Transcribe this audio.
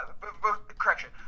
correction